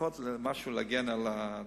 לפחות במשהו להגן על הדבר.